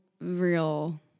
real